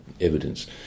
evidence